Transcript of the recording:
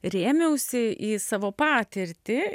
rėmiausi į savo patirtį